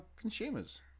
consumers